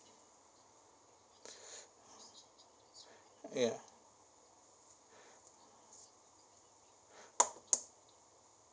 ya